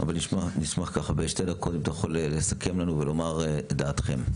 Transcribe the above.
אבל נשמח אם תוכל לסכם לנו בשתי דקות ולומר את דעתכם.